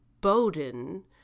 Bowden